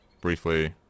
briefly